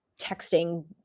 texting